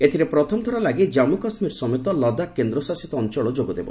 ଏଥିରେ ପ୍ରଥମ ଥର ଲାଗି ଜନ୍ମ କାଶ୍ମୀର ସମେତ ଲଦାଖ୍ କେନ୍ଦ୍ରଶାସିତ ଅଞ୍ଚଳ ଯୋଗ ଦେବ